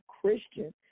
Christian